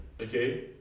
okay